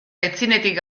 aitzinetik